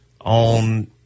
on